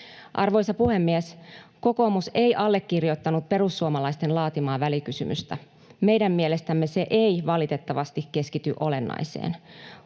Arvoisa puhemies! Kokoomus ei allekirjoittanut perussuomalaisten laatimaa välikysymystä. Meidän mielestämme se ei valitettavasti keskity olennaiseen.